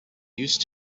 used